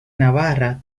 navarra